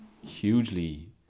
Hugely